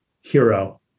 hero